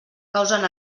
causen